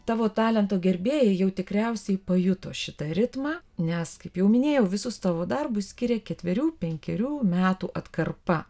tavo talento gerbėjai jau tikriausiai pajuto šitą ritmą nes kaip jau minėjau visus tavo darbus skiria ketverių penkerių metų atkarpa